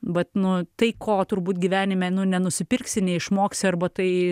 vat nu tai ko turbūt gyvenime nu nenusipirksi neišmoksi arba tai